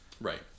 Right